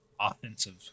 offensive